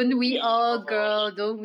be over with it